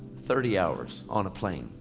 thirty hours. on a plane.